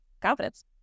confidence